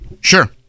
Sure